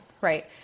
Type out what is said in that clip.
right